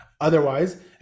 Otherwise